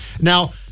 Now